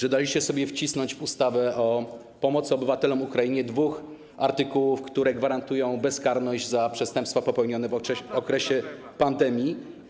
Bo daliście sobie wcisnąć w ustawę o pomocy obywatelom Ukrainy dwa artykuły, które gwarantują bezkarność za przestępstwa popełnione w okresie pandemii.